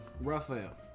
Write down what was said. Raphael